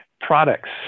Products